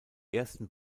ersten